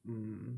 mmhmm